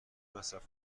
مصرف